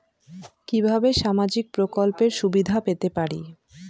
কিভাবে সামাজিক প্রকল্পের সুবিধা পেতে পারি?